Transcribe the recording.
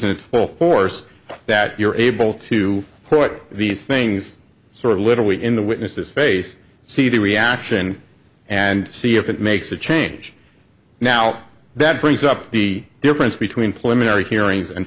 in its full force that you're able to put these things sort of literally in the witnesses face see the reaction and see if it makes a change now that brings up the difference between plymouth area hearings and